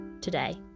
today